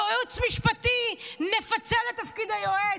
ייעוץ משפטי, נפצל את תפקיד היועץ,